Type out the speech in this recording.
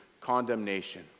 condemnation